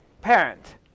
parent